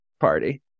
party